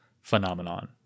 phenomenon